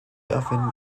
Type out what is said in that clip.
ofyn